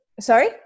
Sorry